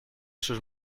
sus